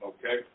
Okay